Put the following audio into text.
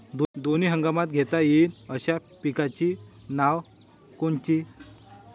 दोनी हंगामात घेता येईन अशा पिकाइची नावं कोनची?